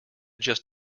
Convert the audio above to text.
just